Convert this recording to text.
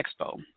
expo